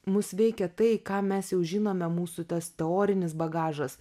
mus veikia tai ką mes jau žinome mūsų tas teorinis bagažas